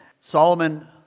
Solomon